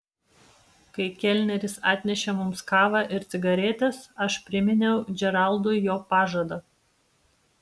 kai kelneris atnešė mums kavą ir cigaretes aš priminiau džeraldui jo pažadą